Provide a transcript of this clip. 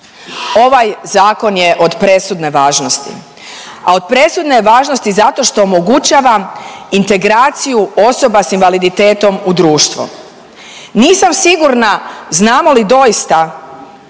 Ovaj Zakon je od presudne važnosti, a od presudne je važnosti zato što omogućava integraciju osoba s invaliditetom u društvo. Nisam sigurna znamo li doista